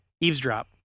eavesdrop